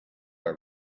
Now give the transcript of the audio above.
are